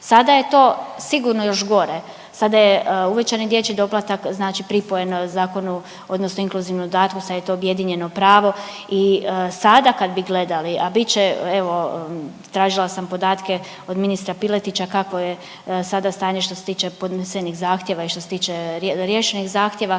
Sada je to sigurno još gore, sada je uvećani dječji doplatak znači pripojen zakonu odnosno inkluzivnom dodatku sad je to objedinjeno pravo i sada kad bi gledali, a bit će evo tražila sam podatke od ministra Piletića kakvo je sada stanje što se tiče podnesenih zahtjeva i što se tiče riješenih zahtjeva,